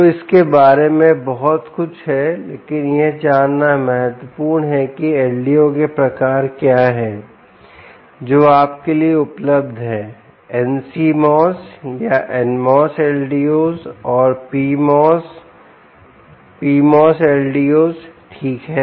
तो इसके बारे में बहुत कुछ है लेकिन यह जानना महत्वपूर्ण है किLDO के प्रकार क्या हैं जो आपके लिए उपलब्ध हैं NCMOS या NMOS LDOs और PMOS PMOS LDOs ठीक है